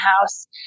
house